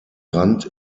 rand